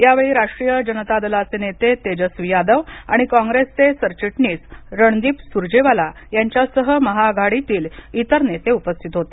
यावेळी राष्ट्रीय जनता दलाचे नेते तेजस्वी यादव आणि कॉंग्रेसचे सरचिटणीस रणदीप सुरजेवाला यांच्यासह महा आघाडीतील इतर नेते उपस्थित होते